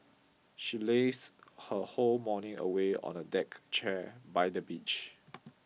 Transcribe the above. she lazed her whole morning away on a deck chair by the beach